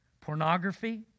pornography